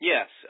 Yes